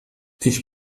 ich